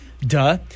Duh